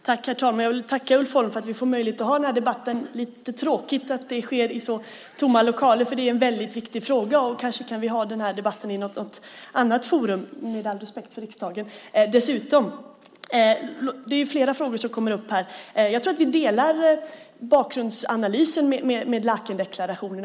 Herr talman! Jag vill tacka Ulf Holm för att vi får möjlighet att ha den här debatten. Det är lite tråkigt att det sker i så tomma lokaler för det är en väldigt viktig fråga. Vi kan kanske ha den här debatten i något annat forum också, med all respekt för riksdagen. Det är flera frågor som kommer upp här. Jag tror att vi delar bakgrundsanalysen när det gäller Laakendeklarationen.